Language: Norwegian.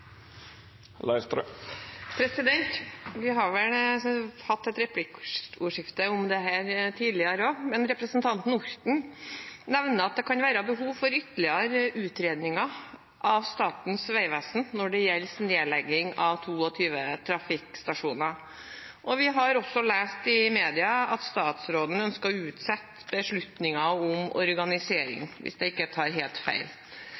om dette tidligere også, men representanten Orten nevner at det kan være behov for ytterligere utredninger av Statens vegvesen når det gjelder nedlegging av 22 trafikkstasjoner, og vi har også lest i media at statsråden ønsker å utsette beslutningen om organisering, hvis jeg ikke tar helt feil.